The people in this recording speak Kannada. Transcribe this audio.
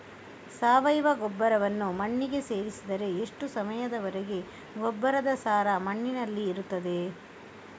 ಸಾವಯವ ಗೊಬ್ಬರವನ್ನು ಮಣ್ಣಿಗೆ ಸೇರಿಸಿದರೆ ಎಷ್ಟು ಸಮಯದ ವರೆಗೆ ಗೊಬ್ಬರದ ಸಾರ ಮಣ್ಣಿನಲ್ಲಿ ಇರುತ್ತದೆ?